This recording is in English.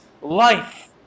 Life